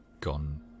gone